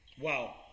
Wow